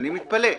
אני מתפלא.